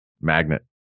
Magnet